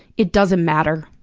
it doesn't matter.